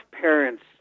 parents